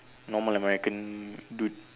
normal american dude